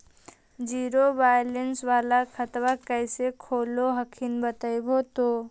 Zero balance वाला खतवा कैसे खुलो हकाई बताहो तो?